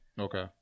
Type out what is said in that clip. Okay